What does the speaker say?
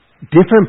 different